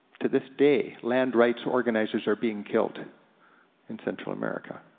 to this day, land rights organizers are being killed in central america.